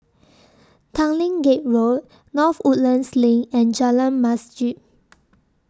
Tanglin Gate Road North Woodlands LINK and Jalan Masjid